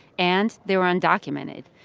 and they were undocumented.